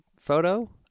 photo